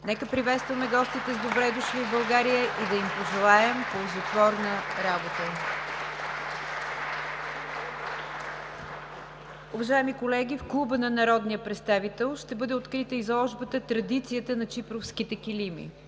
Нека приветстваме гостите с „Добре дошли в България!“ и да им пожелаем ползотворна работа! (Ръкопляскания.) Уважаеми колеги, в Клуба на народния представител ще бъде открита изложбата „Традицията на чипровските килими“.